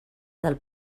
del